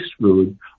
food